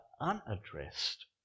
unaddressed